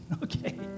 Okay